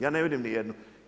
Ja ne vidim ni jednu.